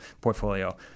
portfolio